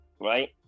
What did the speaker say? right